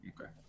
Okay